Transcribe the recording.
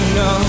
no